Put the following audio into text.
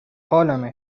حالمه